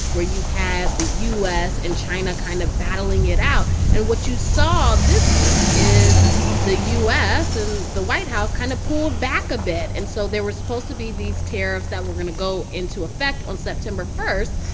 where you've had the u s. and china kind of battling it out. and what you saw this week is the u s. and the white house kind of pulled back a bit and so there were supposed to be these tariffs that were going to go into effect on september one.